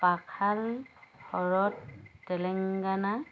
পাখাল হ্ৰদ তেলেঙ্গানা